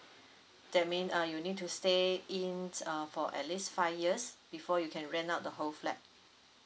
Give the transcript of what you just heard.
that mean uh you need to stay in uh for at least five years before you can rent out the whole flat